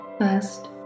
First